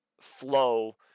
flow